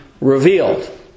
revealed